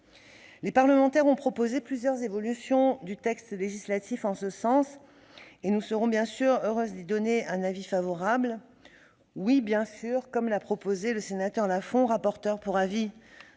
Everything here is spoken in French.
Les parlementaires ont proposé plusieurs évolutions du texte en ce sens, et nous serons bien entendu heureuses d'émettre un avis favorable sur celles-ci. Oui, bien sûr, comme l'a proposé le sénateur Lafon, rapporteur pour avis